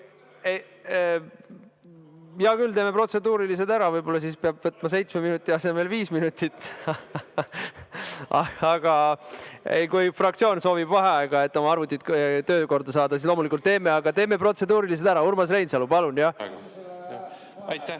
Hea küll, teeme protseduurilised ära, võib-olla siis peab võtma seitsme minuti asemel viis minutit. Aga kui fraktsioon soovib vaheaega, et oma arvutid töökorda saada, siis loomulikult teeme. Aga teeme protseduurilised ära. Urmas Reinsalu, palun! Aitäh!